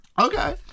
Okay